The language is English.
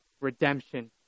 redemption